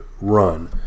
run